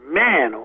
man